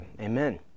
Amen